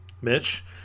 Mitch